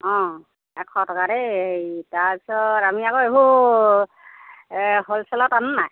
অঁ এশ টকা দেই হেৰি তাৰপিছত আমি আকৌ এইবোৰ হ'লচেলত আনো নাই